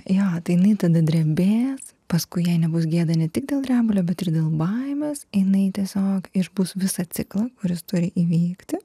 jo tai jinai tada drebėjęs paskui jai nebus gėda ne tik dėl drebulio bet ir dėl baimės jinai tiesiog išbus visą ciklą kuris turi įvykti